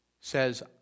says